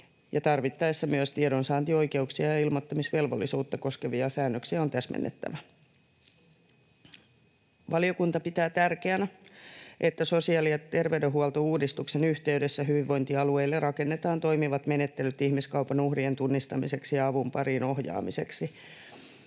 tarvittaessa myös tiedonsaantioikeuksia ja ilmoittamisvelvollisuutta koskevia säännöksiä on täsmennettävä. Valiokunta pitää tärkeänä, että sosiaali- ja terveydenhuoltouudistuksen yhteydessä hyvinvointialueille rakennetaan toimivat menettelyt ihmiskaupan uhrien tunnistamiseksi ja avun pariin ohjaamiseksi.